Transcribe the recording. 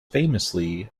famously